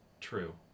true